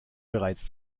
bereits